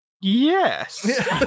Yes